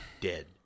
dead